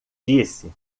disse